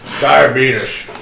Diabetes